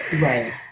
right